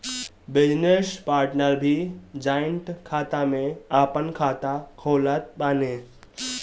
business partner भी joint खाता में आपन खाता खोलत बाने